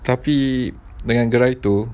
tapi dengan gerai tu